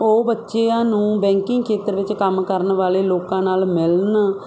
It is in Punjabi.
ਉਹ ਬੱਚਿਆਂ ਨੂੰ ਬੈਂਕਿੰਗ ਖੇਤਰ ਵਿੱਚ ਕੰਮ ਕਰਨ ਵਾਲੇ ਲੋਕਾਂ ਨਾਲ ਮਿਲਣ